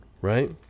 right